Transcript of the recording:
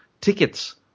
tickets